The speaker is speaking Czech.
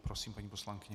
Prosím, paní poslankyně.